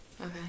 okay